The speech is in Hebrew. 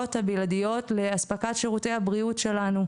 הבלעדיות לאספקת שירותי הבריאות שלנו.